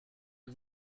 you